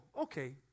okay